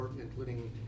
including